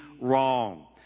wrong